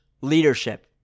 leadership